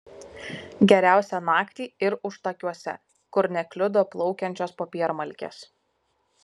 geriausia naktį ir užtakiuose kur nekliudo plaukiančios popiermalkės